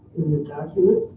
in the document.